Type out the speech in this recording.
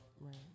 Right